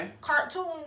cartoon